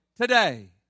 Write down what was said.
today